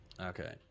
Okay